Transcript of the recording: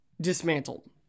dismantled